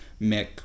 mick